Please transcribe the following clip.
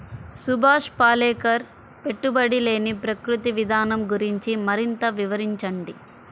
సుభాష్ పాలేకర్ పెట్టుబడి లేని ప్రకృతి విధానం గురించి మరింత వివరించండి